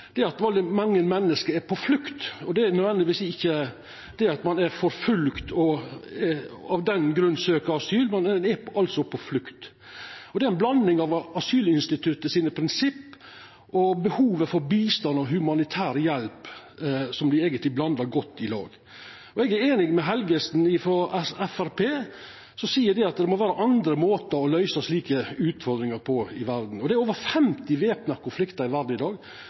ein er forfølgd og av den grunn søkjer asyl, men ein er altså på flukt. Det er prinsippa til asylinstituttet og behovet for bistand og humanitær hjelp som ein eigentleg blandar godt saman. Eg er einig med Engen-Helgheim frå Framstegspartiet, som seier at det må vera andre måtar å løysa slike utfordringar på i verda. Det er over 50 væpna konfliktar i verda i dag.